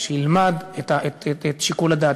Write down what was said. שילמד את שיקול הדעת,